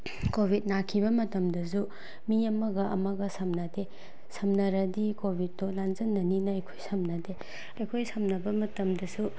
Covid ꯅꯥꯈꯤꯕ ꯃꯇꯝꯗꯁꯨ ꯃꯤ ꯑꯃꯒ ꯑꯃꯒ ꯁꯝꯅꯗꯦ ꯁꯝꯅꯔꯗꯤ ꯀꯣꯚꯤꯠꯇꯣ ꯂꯥꯟꯁꯤꯟꯅꯅꯤꯅ ꯑꯩꯈꯣꯏ ꯁꯝꯅꯗꯦ ꯑꯩꯈꯣꯏ ꯁꯝꯅꯕ ꯃꯇꯝꯗꯁꯨ